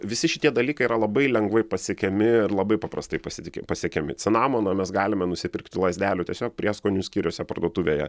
visi šitie dalykai yra labai lengvai pasiekiami ir labai paprastai pasitiki pasiekiami cinamono mes galime nusipirkti lazdelių tiesiog prieskonių skyriuose parduotuvėje